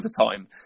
overtime